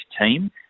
team